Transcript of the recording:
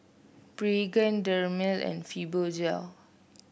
Pregain Dermale and Fibogel